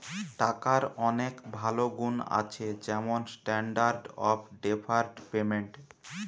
টাকার অনেক ভালো গুন্ আছে যেমন স্ট্যান্ডার্ড অফ ডেফার্ড পেমেন্ট